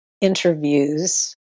interviews